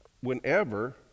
whenever